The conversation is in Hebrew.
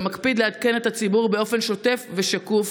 הוא גם מקפיד לעדכן את הציבור באופן שוטף ושקוף.